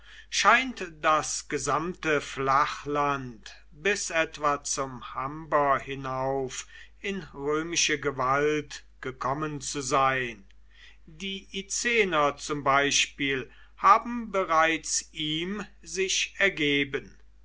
scheint das gesamte flachland bis etwa zum humber hinauf in römische gewalt gekommen zu sein die icener zum beispiel haben bereits ihm sich ergeben